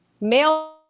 male